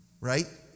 right